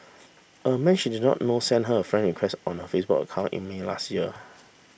a man she did not know sent her a friend request on her Facebook account in May last year